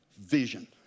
Vision